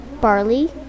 barley